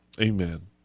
amen